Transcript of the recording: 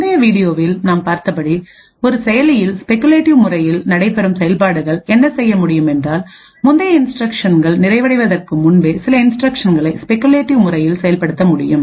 முந்தைய வீடியோவில் நாம் பார்த்தபடி ஒரு செயலியில்ஸ்பெகுலேட் முறையில் நடைபெறும் செயல்பாடுகள் என்ன செய்யும் என்றால் முந்தைய இன்ஸ்டிரக்ஷன்கள் நிறைவடைவதற்கு முன்பே சில இன்ஸ்டிரக்ஷன்களை ஸ்பெகுலேட் முறையில் செயல்படுத்த முடியும்